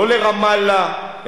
לא לרמאללה,